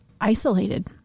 isolated